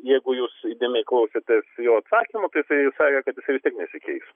jeigu jūs įdėmiai klausėtės jo atsikamų tai jisai sakė kad jisai vis tiek nesikeis